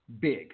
big